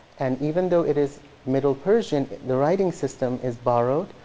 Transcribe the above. and even though it is middle persian, the writing system is borrowed,